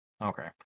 Okay